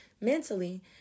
mentally